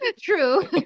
True